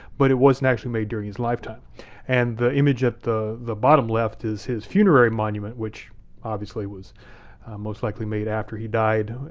but it wasn't actually made during this lifetime and the image at the the bottom left is his funerary monument, which obviously was most likely made after he died,